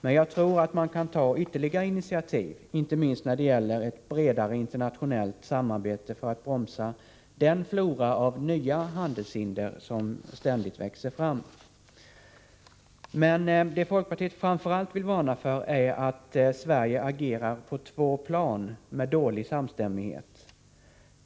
Men jag tror att man kan ta ytterligare initiativ, inte minst när det gäller ett bredare internationellt samarbete för att bromsa den flora av nya handelshinder som ständigt växer fram. Det folkpartiet framför allt vill varna för är att Sverige agerar på två plan och med dålig samstämmighet.